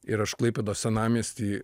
ir aš klaipėdos senamiesty